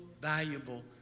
valuable